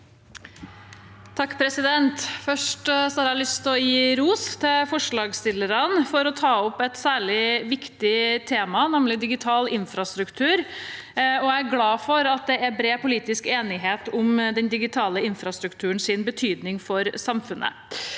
hadde jeg lyst til å gi ros til forslagsstillerne for å ta opp et særlig viktig tema, nemlig digital infrastruktur. Jeg er glad for at det er bred politisk enighet om den digitale infrastrukturens betydning for samfunnet.